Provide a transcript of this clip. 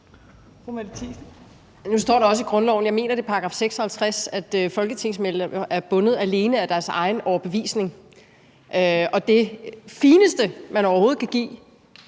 Nu står der også i grundloven – jeg mener, at det er i § 56 – at folketingsmedlemmer alene er bundet af deres egen overbevisning. Og det fineste, man overhovedet kan give,